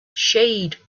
shade